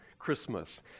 Christmas